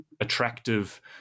attractive